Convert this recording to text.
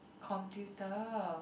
computer